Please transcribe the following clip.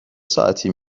ساعتی